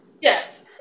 yes